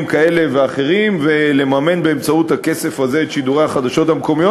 כאלה ואחרים ולממן באמצעות הכסף הזה את שידורי החדשות המקומיות.